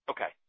Okay